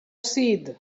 seed